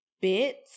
bits